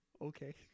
Okay